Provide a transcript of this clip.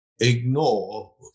ignore